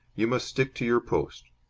you must stick to your post.